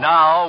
Now